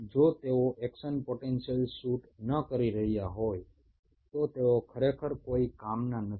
যদি এরা action potential সৃষ্টি করতে অক্ষম হয় তাহলে এগুলি কোনো ক্ষেত্রেই ব্যবহারযোগ্য নয়